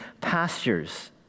pastures